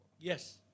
Yes